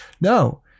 No